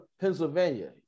Pennsylvania